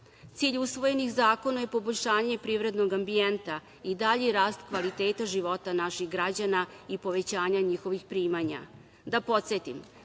usvojenih zakona je poboljšanje i privrednog ambijenta i dalji rast kvaliteta života naših građana i povećanja njihovih primanja. Da podsetim,